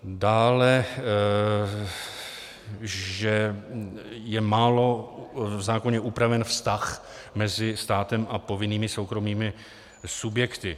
Dále, že je málo v zákoně upraven vztah mezi státem a povinnými soukromými subjekty.